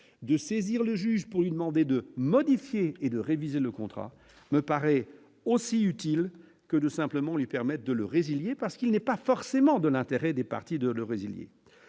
de saisir le juge. Pour une demander de modifier et de réviser le contrat me paraît aussi utile que de simplement lui permettent de le résilier parce qu'il n'est pas forcément de l'intérêt des parties de le résilier,